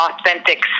authentic